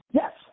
yes